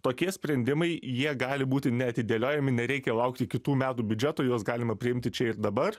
tokie sprendimai jie gali būti neatidėliojami nereikia laukti kitų metų biudžeto juos galima priimti čia ir dabar